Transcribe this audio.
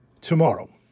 tomorrow